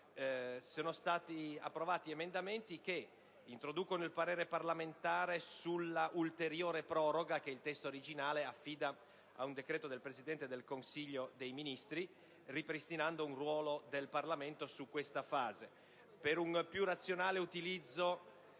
sono stati approvati emendamenti che introducono il parere parlamentare sull'ulteriore proroga che il testo originale affida a un decreto del Presidente del Consiglio dei ministri, ripristinando un ruolo del Parlamento su questa fase; norme per un più razionale utilizzo